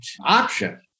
option